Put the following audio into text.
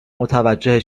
متوجه